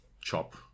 chop